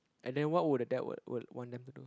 and then what would the dad would would want them to do